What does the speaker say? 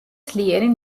ძლიერი